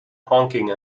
honking